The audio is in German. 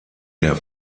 der